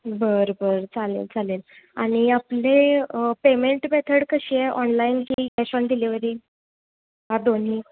बरं बरं चालेल चालेल आणि आपली पेमेंट मेथड कशी आहे ऑनलाईन की कॅश ऑन डिलिवरी ह दोन्ही